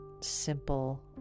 simple